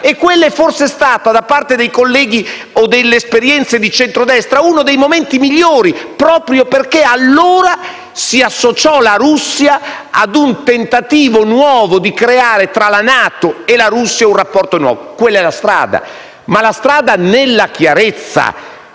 e quello è forse stato, da parte dei colleghi o delle esperienze di centrodestra, uno dei momenti migliori, proprio perché allora si associò la Russia ad un tentativo innovativo, volto a creare, tra la NATO e la Russia, un rapporto nuovo. Quella è la strada, ma nella chiarezza: